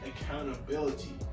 accountability